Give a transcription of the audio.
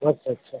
আচ্ছা আচ্ছা